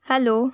hello